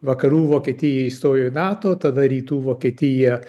vakarų vokietija įstojo į nato tada rytų vokietija